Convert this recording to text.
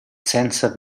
senza